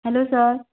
hello sir